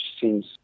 seems